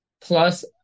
Plus